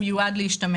הוא אמור לשמש.